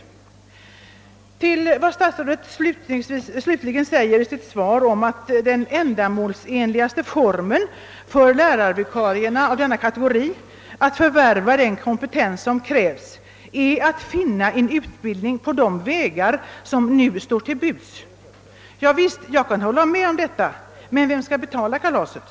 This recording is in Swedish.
Vad gäller möjligheterna för lärarvikarierna av denna kategori att förvärva den kompetens som krävs säger statsrådet i slutet av sitt interpellationssvar: »Den ändamålsenligaste formen härför förefaller dock i flertalet fall vara att finna i en utbildning på de vägar som redan nu står till buds.» Ja, jag kan hålla med om detta. Men vem skall betala kalaset?